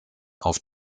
auf